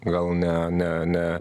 gal ne ne ne